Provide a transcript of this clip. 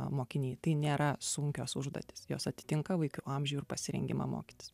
mokiniai tai nėra sunkios užduotys jos atitinka vaikų amžių ir pasirengimą mokytis